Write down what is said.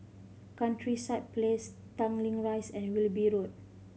Countryside Place Tanglin Rise and Wilby Road